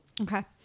Okay